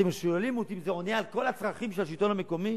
אתם שואלים אותי אם זה עונה על כל הצרכים של השלטון המקומי,